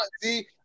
see